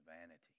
vanity